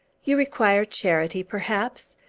you require charity, perhaps?